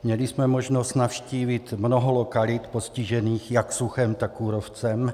Měli jsme možnost navštívit mnoho lokalit postižených jak suchem, tak kůrovcem.